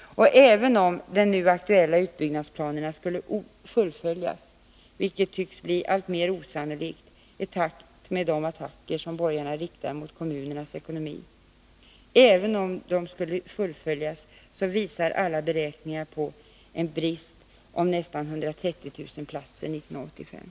och även om de nu aktuella utbyggnadsplanerna skulle fullföljas — vilket tycks bli alltmer osannolikt i takt med de attacker som borgarna riktar mot kommunernas ekonomi — så visar alla beräkningar på en brist på nästan 130 000 platser 1985.